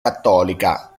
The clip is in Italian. cattolica